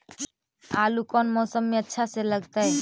आलू कौन मौसम में अच्छा से लगतैई?